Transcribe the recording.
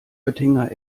oettinger